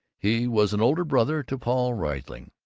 he was an older brother to paul riesling,